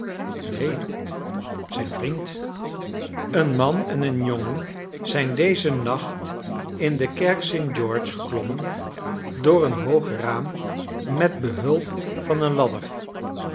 neen zijn vriend een man en een jongen zijn dezen nacht in de kerk sint george geklommen door een hoog raam met behulp van een ladder